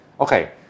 Okay